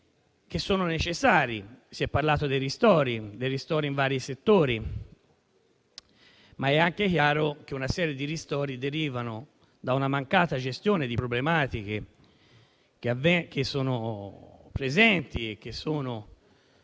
che sono necessari (si è parlato dei ristori in vari settori), ma è anche chiaro che una serie di ristori deriva da una mancata gestione di problematiche che sono presenti, sono